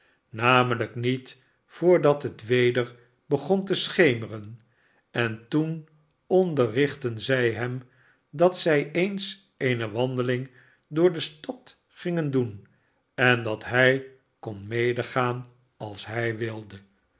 mmelijk met voordat het weder begon te schemeren en toen ondernchtten zij hem dat zij eens eene wandeling door de stad gingen doen en dat hij kon medegaan als hij wilde